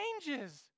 changes